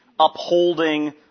Upholding